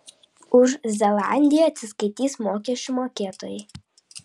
už zelandiją atsiskaitys mokesčių mokėtojai